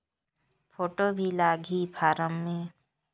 Photo भी लगी फारम मे?